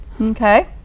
Okay